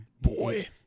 Boy